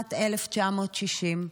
משנת 1960,